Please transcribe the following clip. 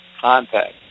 contact